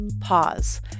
Pause